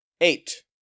Eight